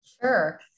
Sure